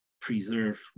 Preserve